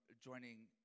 joining